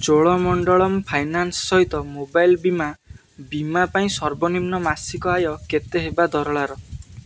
Cholamandalam finance ସହିତ mobile ବୀମା ବୀମା ପାଇଁ ସର୍ବନିମ୍ନ ମାସିକ ଆୟ କେତେ ହେବା ଦରଳାର